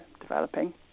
developing